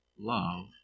Love